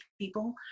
people